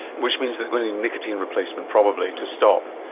which means they are going to need nicotine replacement probably to stop.